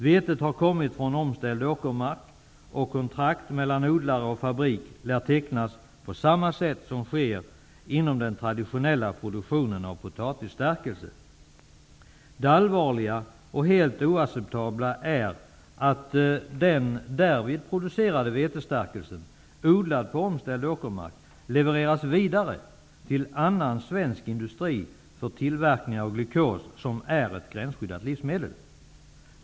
Vetet har kommit från omställd åkermark, och kontrakt mellan odlare och fabrik lär tecknas på samma sätt som inom den traditionella produktionen av potatisstärkelse. Det allvarliga och helt oacceptabla är att den därvid producerade vetestärkelsen, odlad på omställd åkermark, levereras vidare till annan svensk industri för tillverkning av glukos, som är ett gränsskyddat livsmedel.